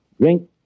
Drink